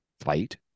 fight